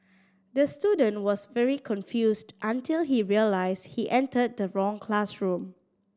the student was very confused until he realised he entered the wrong classroom